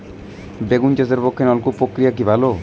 বেগুন চাষের পক্ষে নলকূপ প্রক্রিয়া কি ভালো?